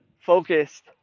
focused